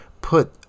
put